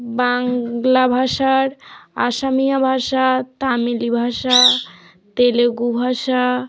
বাংলা ভাষার অসমিয়া ভাষা তামিলি ভাষা তেলুগু ভাষা